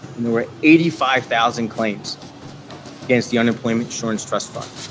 and there were eighty five thousand claims against the unemployment insurance trust fund.